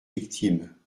victimes